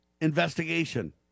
investigation